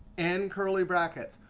end curly brackets.